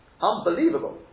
unbelievable